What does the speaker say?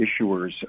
issuers